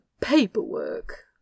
paperwork